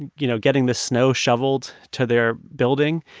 and you know, getting the snow shoveled to their building.